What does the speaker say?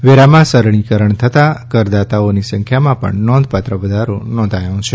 વેરામાં સરળીકરણ થતાં કરદાતાઓની સંખ્યામાં પણ નોંધપાત્ર વધારો નોંધાયો છે